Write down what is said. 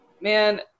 man